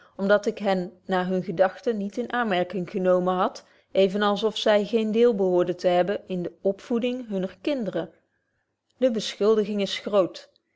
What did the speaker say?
dat ik hen naar hun gedagten niet in aanmerking genomen had even als of zy geen deel behoorden te hebben in de opvoeding hunner kinderen de beschuldiging is groot